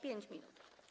5 minut.